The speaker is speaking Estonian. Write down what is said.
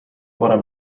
varem